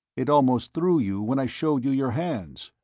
it almost threw you when i showed you your hands.